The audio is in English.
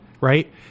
right